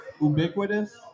Ubiquitous